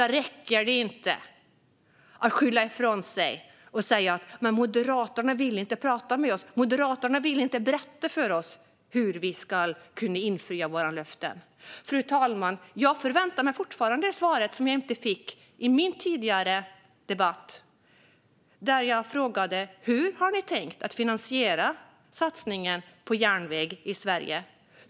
Då räcker det inte att skylla ifrån sig och säga att Moderaterna inte vill prata med regeringen och att Moderaterna inte vill berätta för regeringen hur den ska kunna infria sina löften. Fru talman! Jag förväntar mig fortfarande det svar jag inte fick i min tidigare debatt, där jag frågade hur regeringen har tänkt att finansiera satsningen på järnväg i Sverige.